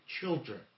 children